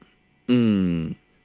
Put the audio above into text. hmm